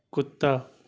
کتا